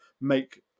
make